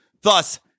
Thus